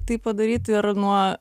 tai padaryti ir nuo